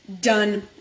done